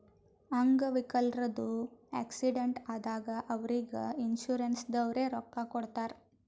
ಅಂಗ್ ವಿಕಲ್ರದು ಆಕ್ಸಿಡೆಂಟ್ ಆದಾಗ್ ಅವ್ರಿಗ್ ಇನ್ಸೂರೆನ್ಸದವ್ರೆ ರೊಕ್ಕಾ ಕೊಡ್ತಾರ್